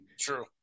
True